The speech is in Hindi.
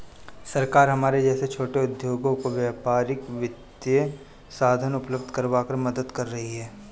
सरकार हमारे जैसे छोटे उद्योगों को व्यापारिक वित्तीय साधन उपल्ब्ध करवाकर मदद कर रही है